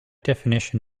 definition